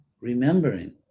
remembering